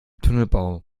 tunnelbau